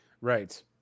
Right